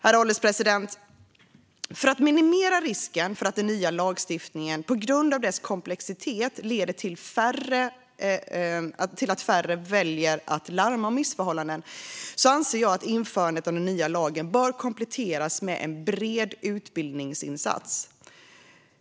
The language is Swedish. Herr ålderspresident! För att minimera risken för att den nya lagstiftningen på grund av dess komplexitet leder till att färre väljer att larma om missförhållanden anser jag att införandet av den nya lagen bör kompletteras med en bred utbildningsinsats.